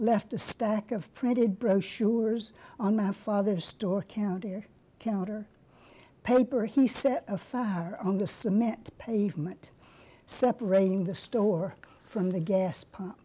left a stack of printed brochures on my father store counter counter paper he set a fire on the cement pavement separating the store from the gas pump